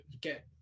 get